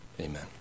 Amen